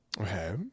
Okay